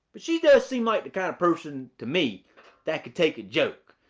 but she does seem like the kinda person to me that can take a joke.